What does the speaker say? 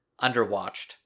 underwatched